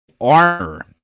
Armor